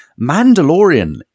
Mandalorian